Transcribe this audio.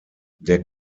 der